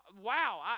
wow